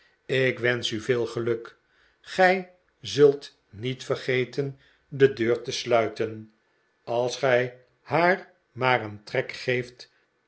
ik wensch u veel geluk gij zult niet vergeten de deur te sluiten als gij haar maar een trek geeft